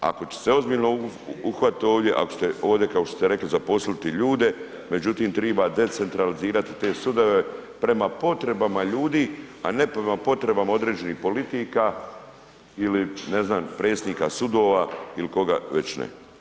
Ako ćete se ozbiljno uhvatiti ovdje, ako ćete ovdje kao što ste rekli zaposliti ljude, međutim, treba decentralizirati te sudove prema potrebama ljudi a ne prema potrebama određenih politika ili ne znam predsjednika sudova ili koga već ne.